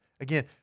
Again